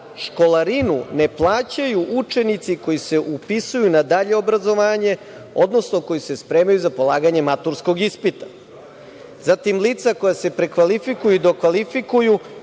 školarinu ne plaćaju učenici koji se upisuju na dalje obrazovanje, odnosno koji se spremaju za polaganje maturskog ispita, zatim lica koja se prekvalifikuju i dokvalifikuju